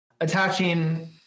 attaching